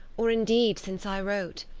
or indeed since i wrote.